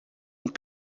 ont